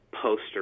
poster